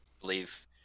believe